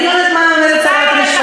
אני לא יודעת מה אומרת שרת המשפטים,